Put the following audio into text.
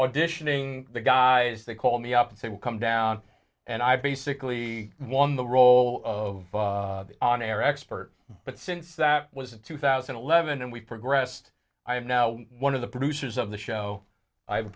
auditioning the guys they called me up and said come down and i basically one the role of the on air expert but since that was in two thousand and eleven and we've progressed i am now one of the producers of the show i have